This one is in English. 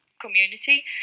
community